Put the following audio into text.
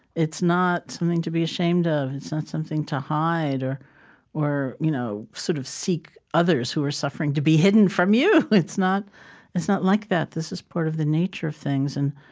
it's not something to be ashamed of. it's not something to hide, or or you know sort of seek others who are suffering to be hidden from you. it's not it's not like that. this is part of the nature of things. and,